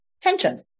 tension